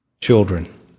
children